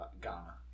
Ghana